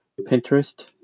Pinterest